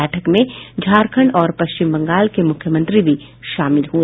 बैठक में झारखंड और पश्चिम बंगाल के मुख्यमंत्री भी शामिल हुए